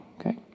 Okay